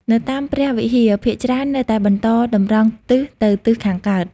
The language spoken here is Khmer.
នៅតាមព្រះវិហារភាគច្រើននៅតែបន្ត តម្រង់ទិសទៅទិសខាងកើត។